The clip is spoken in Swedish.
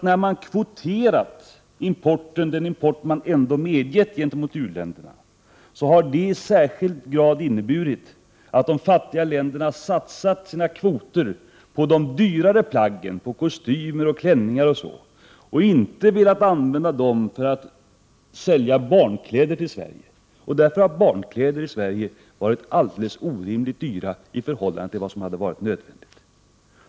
När man kvoterat den import som man ändå har medgivit från u-länderna, har det i hög grad inneburit att de fattiga länderna har satsat sina kvoter på de dyrare plaggen, på kostymer, klänningar o.d., och inte velat använda kvoterna för att sälja barnkläder till Sverige. Därför har barnkläder i Sverige varit alldeles orimligt dyra i förhållande till vad som varit nödvändigt.